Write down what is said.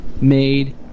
made